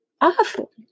Awful